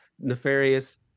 nefarious